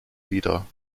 wider